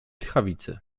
tchawicy